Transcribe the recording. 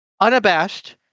Unabashed